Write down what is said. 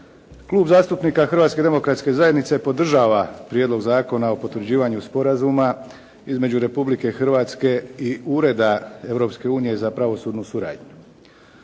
Klub zastupnika Hrvatske demokratske zajednice podržava Prijedlog zakona o potvrđivanju Sporazuma između Republike Hrvatske i Ureda Europske unije za pravosudnu suradnju.